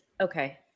Okay